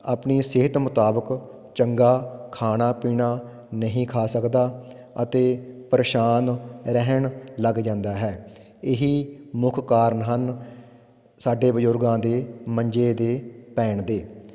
ਆਪਣੀ ਸਿਹਤ ਮੁਤਾਬਕ ਚੰਗਾ ਖਾਣਾ ਪੀਣਾ ਨਹੀਂ ਖਾ ਸਕਦਾ ਅਤੇ ਪਰੇਸ਼ਾਨ ਰਹਿਣ ਲੱਗ ਜਾਂਦਾ ਹੈ ਇਹੀ ਮੁੱਖ ਕਾਰਨ ਹਨ ਸਾਡੇ ਬਜ਼ੁਰਗਾਂ ਦੇ ਮੰਜੇ 'ਤੇ ਪੈਣ ਦੇ